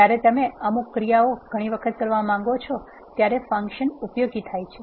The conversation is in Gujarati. જ્યારે તમે અમુક ક્રિયાઓ ઘણી વખત કરવા માંગો છો ત્યારે ફંક્શન ઉપયોગી થાય છે